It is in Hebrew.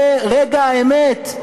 זה רגע האמת.